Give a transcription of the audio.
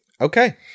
Okay